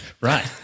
Right